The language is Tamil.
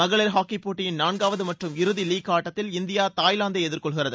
மகளிர் ஹாக்கிப் போட்டியின் நான்காவது மற்றும் இறுதி லீக் ஆட்டத்தில் இந்தியா தாய்லாந்தை எதிர்கொள்கிறது